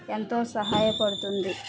ఎంతో సహాయ పడుతుంది